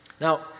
Now